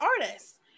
artists